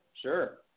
sure